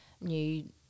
new